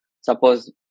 Suppose